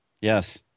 Yes